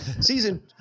season